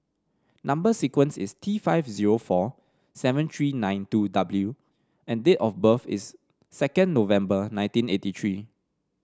number sequence is T five zero four seven three nine two W and date of birth is second November nineteen eighty three